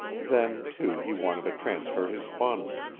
then, too, he wanted to transfer his funds.